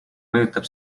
mõjutab